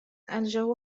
الجو